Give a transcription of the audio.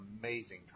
amazing